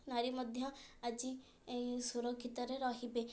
ନାରୀ ମଧ୍ୟ ଆଜି ଏଇ ସୁରକ୍ଷିତରେ ରହିବେ